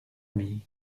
amie